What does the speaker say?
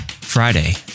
Friday